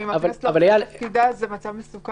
אם הכנסת לא עושה את תפקידה זה מצב מסוכן.